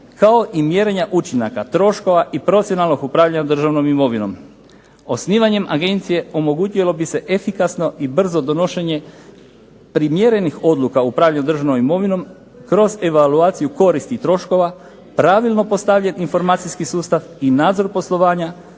kao i mjerenja učinaka troškova i profesionalnog upravljanja državnom imovinom. Osnivanjem agencije omogućilo bi se efikasno i brzo donošenje primjerenih odluka o upravljanju državnom imovinom kroz evaulaciju koristi i troškova, pravilno postavljati informacijski sustav i nadzor poslovanja,